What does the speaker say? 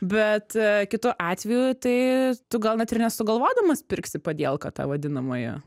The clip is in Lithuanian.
bet kitu atveju tai tu gal net ir nesugalvodamas pirksi padielką tą vadinamąją